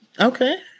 Okay